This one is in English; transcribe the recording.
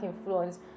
influence